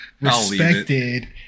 Respected